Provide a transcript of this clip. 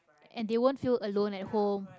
and they won't feel alone at home